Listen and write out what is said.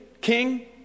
king